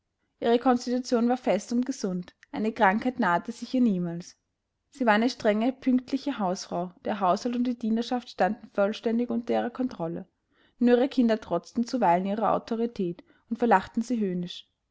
ihre konstitution war fest und gesund eine krankheit nahte sich ihr niemals sie war eine strenge pünktliche hausfrau der haushalt und die dienerschaft standen vollständig unter ihrer kontrolle nur ihre kinder trotzten zuweilen ihrer autorität und verlachten sie